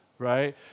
right